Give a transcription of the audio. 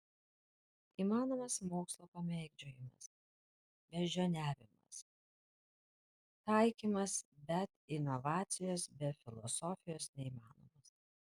įmanomas mokslo pamėgdžiojimas beždžioniavimas taikymas bet inovacijos be filosofijos neįmanomos